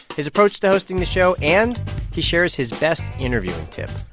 his approach to hosting the show and he shares his best interviewing tip